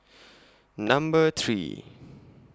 Number three